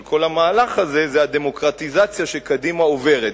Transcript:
של כל המהלך הזה הוא הדמוקרטיזציה שקדימה עוברת.